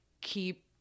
keep